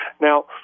Now